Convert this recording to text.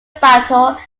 battle